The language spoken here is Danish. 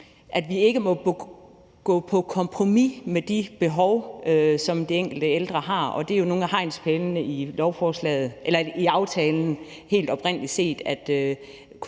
at vi ikke må gå på kompromis med de behov, som den enkelte ældre har, og det er jo en af hegnspælene i aftalen helt oprindelig, at det